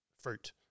fruit